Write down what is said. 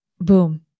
boom